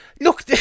look